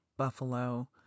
buffalo